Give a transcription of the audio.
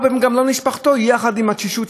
או שהם חשבו שעל-ידי ביטוח בריאות יהיה להם.